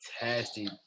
fantastic